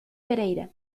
pereira